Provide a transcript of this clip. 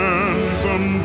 anthem